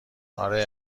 آره